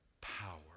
power